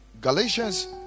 Galatians